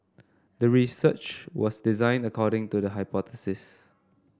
the research was designed according to the hypothesis